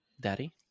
Daddy